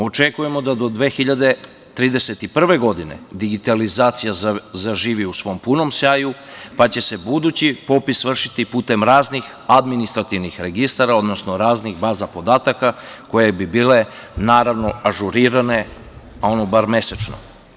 Očekujemo da do 2031. godine digitalizacija zaživi u svom punom sjaju, pa će se budući popis vršiti putem raznih administrativnih registara, odnosno raznih baza podataka koje bi bile ažurirane bar mesečno.